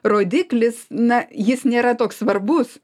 rodiklis na jis nėra toks svarbus